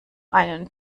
einen